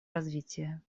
развития